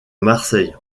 marseille